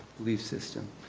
belief system.